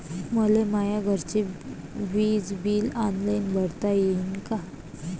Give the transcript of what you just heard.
मले माया घरचे विज बिल ऑनलाईन भरता येईन का?